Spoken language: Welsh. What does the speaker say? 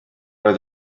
oedd